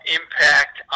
impact